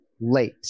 late